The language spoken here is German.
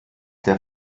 der